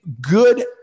good